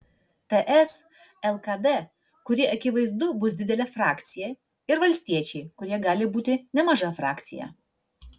ts lkd kuri akivaizdu bus didelė frakcija ir valstiečiai kurie gali būti nemaža frakcija